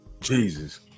Jesus